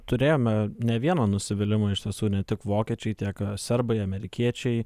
turėjome ne vieną nusivylimą iš tiesų ne tik vokiečiai tiek serbai amerikiečiai